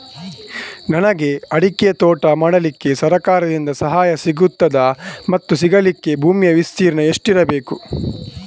ನನಗೆ ಅಡಿಕೆ ತೋಟ ಮಾಡಲಿಕ್ಕೆ ಸರಕಾರದಿಂದ ಸಹಾಯ ಸಿಗುತ್ತದಾ ಮತ್ತು ಸಿಗಲಿಕ್ಕೆ ಭೂಮಿಯ ವಿಸ್ತೀರ್ಣ ಎಷ್ಟು ಇರಬೇಕು?